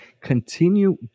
continue